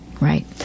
Right